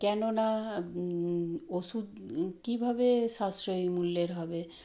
কেননা ওষুধ কীভাবে সাশ্রয়ী মূল্যের হবে